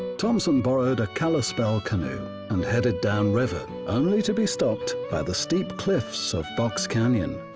thompson borrowed a kalispel canoe and headed down river. only to be stopped by the steep cliffs of box canyon.